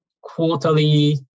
quarterly